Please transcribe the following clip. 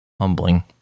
humbling